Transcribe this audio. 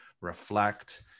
reflect